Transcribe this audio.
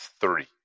Three